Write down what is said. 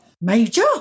Major